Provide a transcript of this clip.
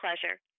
pleasure